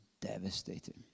devastating